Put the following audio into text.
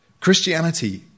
Christianity